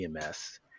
EMS